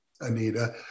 Anita